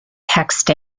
text